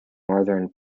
northern